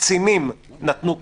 וקצינים נתנו קנסות.